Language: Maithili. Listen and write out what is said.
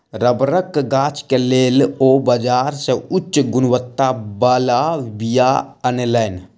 रबड़क गाछ के लेल ओ बाजार से उच्च गुणवत्ता बला बीया अनलैन